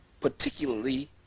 particularly